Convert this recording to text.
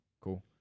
Cool